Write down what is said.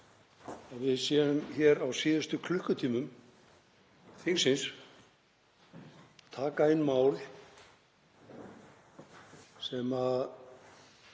að við séum hér á síðustu klukkutímum þingsins að taka inn mál sem er